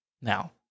Now